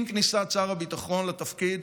עם כניסת שר הביטחון לתפקיד,